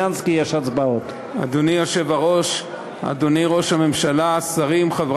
יציג את ההצעה יושב-ראש ועדת הכספים חבר